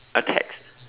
a text